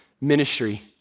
ministry